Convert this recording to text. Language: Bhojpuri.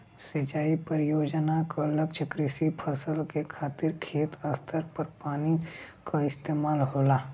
सिंचाई परियोजना क लक्ष्य कृषि फसल के खातिर खेत स्तर पर पानी क इस्तेमाल होला